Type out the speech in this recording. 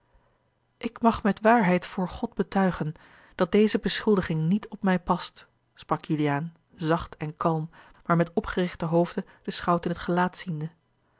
ik mag met waarheid voor god betuigen dat deze beschuldiging niet op mij past sprak juliaan zacht en kalm maar met opgerichten hoofde den schout in het gelaat ziende